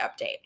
update